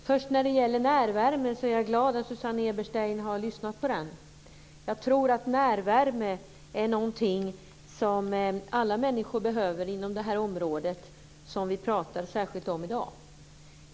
Fru talman! Jag är glad att Susanne Eberstein har lyssnat på talet om närvärme. Jag tror att närvärme är någonting som alla människor behöver inom det område som vi pratar särskilt om i dag.